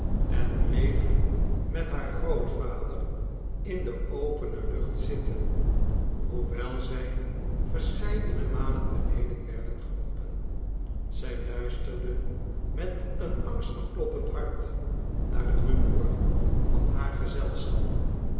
en bleef met haar grootvader in de opene lucht zitten hoewel zij verscheidene malen beneden werden geroepen zij luisterde met een angstig kloppend hart naar het rumoer van haar gezelschap